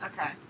Okay